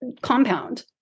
compound